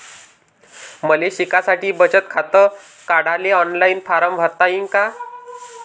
मले शिकासाठी बचत खात काढाले ऑनलाईन फारम भरता येईन का?